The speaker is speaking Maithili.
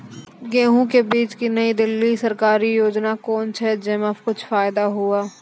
गेहूँ के बीज की नई दिल्ली सरकारी योजना कोन छ जय मां कुछ फायदा हुआ?